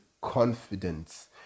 confidence